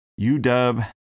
UW